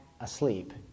asleep